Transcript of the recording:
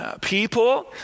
people